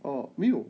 哦没有